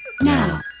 Now